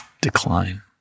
decline